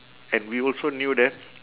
and we also knew that